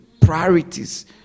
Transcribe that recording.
priorities